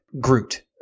Groot